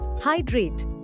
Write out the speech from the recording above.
Hydrate